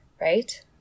right